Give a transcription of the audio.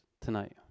tonight